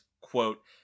quote